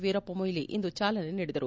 ವೀರಪ್ಪಮೊಯ್ಲಿ ಇಂದು ಚಾಲನೆ ನೀಡಿದರು